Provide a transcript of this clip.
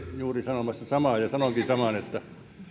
juuri sanomassa samaa ja sanonkin saman että